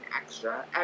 extra